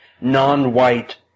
non-white